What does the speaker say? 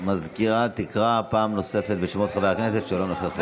המזכירה תקרא פעם נוספת בשמות חברי הכנסת שלא נכחו.